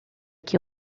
que